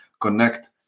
connect